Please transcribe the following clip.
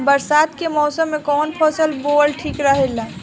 बरसात के मौसम में कउन फसल बोअल ठिक रहेला?